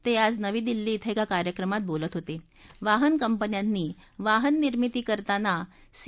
त आज नवी दिल्ली धें क्रि कार्यक्रमात बोलत होत आहन कंपन्यांनी वाहन निर्मिती करताना सी